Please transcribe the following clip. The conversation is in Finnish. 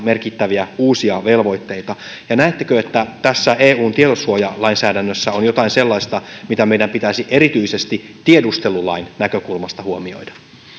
merkittäviä uusia velvoitteita ja näettekö että eun tietosuojalainsäädännössä on jotain sellaista mitä meidän pitäisi erityisesti tiedustelulain näkökulmasta huomioida